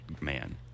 man